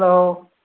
hello